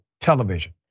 television